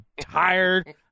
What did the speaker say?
tired